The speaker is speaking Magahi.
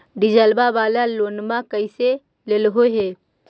डीजलवा वाला लोनवा कैसे लेलहो हे?